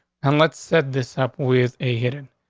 and let's set this up with a hidden.